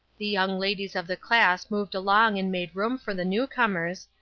the young ladies of the class moved along and made room for the new comers,